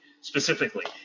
specifically